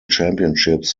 championships